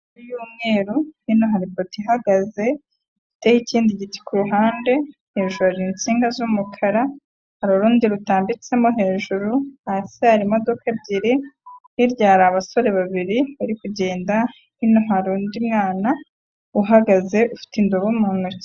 Inzu y'umweru hino hari ipoto ihagaze ifite ikindi giti ku ruhande, hejuru hari insinga z'umukara hari urundi rutambitsemo hejuru, hasi hari imodoka ebyiri, hirya hari abasore babiri bari kugenda, hino hari undi mwana uhagaze ufite indobo mu ntoki...